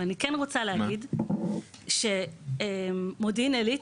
אבל אני כן רוצה להגיד שמודיעין עילית,